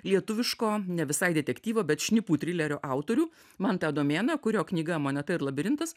lietuviško ne visai detektyvo bet šnipų trilerio autorių mantą adomėną kurio knyga moneta ir labirintas